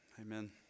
Amen